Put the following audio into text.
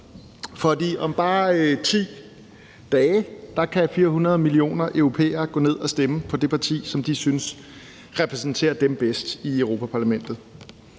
For om bare 10 dage kan 400 millioner europæere gå ned og stemme på det parti, som de synes repræsenterer dem bedst i Europa-Parlamentet.